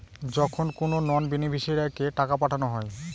যখন কোনো নন বেনিফিশিয়ারিকে টাকা পাঠানো হয়